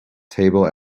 table